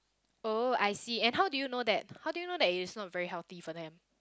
oh I see and how do you know that how do you know that it's not very healthy for them